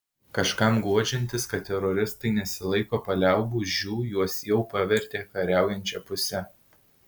kažkam guodžiantis kad teroristai nesilaiko paliaubų žiū juos jau pavertė kariaujančia puse